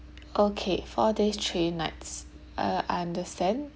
okay four days three nights uh I understand